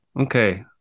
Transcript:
Okay